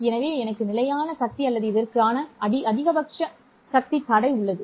எனவே எனக்கு நிலையான சக்தி அல்லது இதற்கான அதிகபட்ச சக்தி தடை உள்ளது